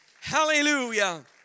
Hallelujah